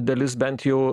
dalis bent jau